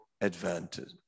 advantage